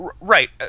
right